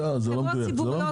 זה לא מדויק.